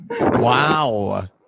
Wow